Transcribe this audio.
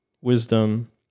wisdom